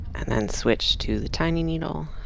and then switch to the tiny needle,